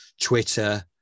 Twitter